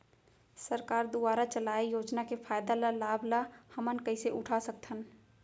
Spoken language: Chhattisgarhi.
सरकार दुवारा चलाये योजना के फायदा ल लाभ ल हमन कइसे उठा सकथन?